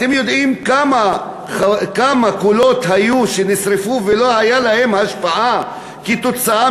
אתם יודעים כמה קולות נשרפו ולא הייתה להם השפעה כתוצאה